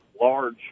large